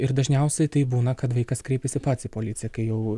ir dažniausiai tai būna kad vaikas kreipiasi pats į policiją kai jau